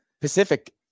Pacific